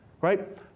right